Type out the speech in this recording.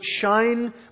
shine